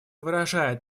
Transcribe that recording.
выражает